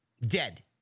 Dead